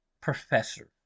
professor